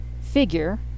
figure